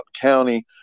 County